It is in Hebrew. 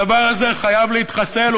הדבר הזה חייב להתחסל.